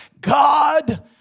God